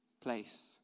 place